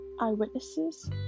eyewitnesses